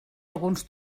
alguns